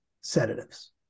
sedatives